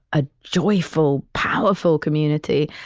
a joyful, powerful community.